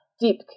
deep